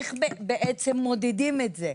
איך מודדים את זה?